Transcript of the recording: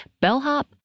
bellhop